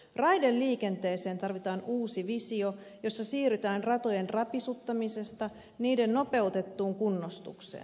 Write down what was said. raideliikenteeseen tarvitaan uusi visio jossa siirrytään ratojen rapisuttamisesta niiden nopeutettuun kunnostukseen